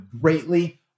greatly